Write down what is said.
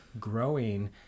growing